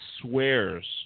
swears